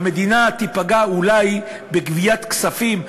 המדינה תיפגע אולי בגביית כספים,